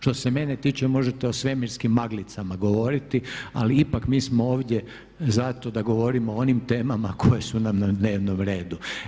Što se mene tiče možete o svemirskim maglicama govoriti ali ipak mi smo ovdje zato da govorimo o onim temama koje su nam na dnevnom redu.